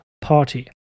party